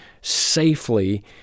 safely